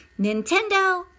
Nintendo